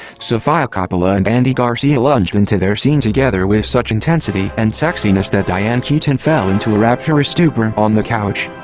sofia coppola and andy garcia lunged into their scene together with such intensity and sexiness that diane keaton fell into a rapturous stupor on the couch.